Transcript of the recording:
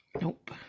Nope